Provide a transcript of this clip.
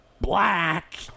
black